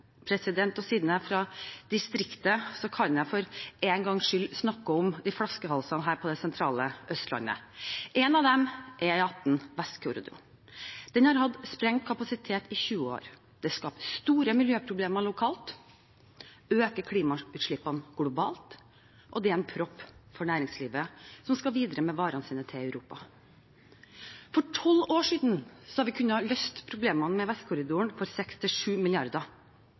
eksempler, og siden jeg er fra distriktet, kan jeg for en gangs skyld snakke om flaskehalsene her på det sentrale Østlandet: Én av dem er E18 – Vestkorridoren. Den har hatt sprengt kapasitet i 20 år. Det skaper store miljøproblemer lokalt, øker klimautslippene globalt og er en propp for næringslivet, som skal videre med varene sine til Europa. For tolv år siden kunne vi ha løst problemene med Vestkorridoren